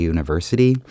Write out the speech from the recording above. University